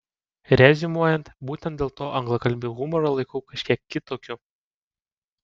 reziumuojant būtent dėl to anglakalbį humorą laikau kažkiek kitokiu